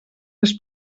les